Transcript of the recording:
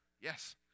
yes